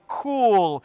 cool